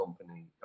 company